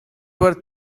were